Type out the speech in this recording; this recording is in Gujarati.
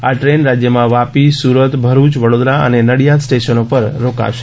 આ દ્રેન રાજ્યમાં વાપી સુરત ભરૂચ વડોદરા અને નડિયાદ સ્ટેશનો પર રોકાશે